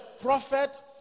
prophet